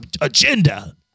agenda